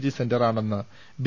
G സെന്ററാണെന്ന് B